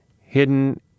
hidden